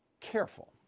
careful